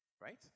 right